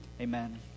Amen